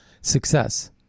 success